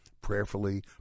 prayerfully